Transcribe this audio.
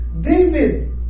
David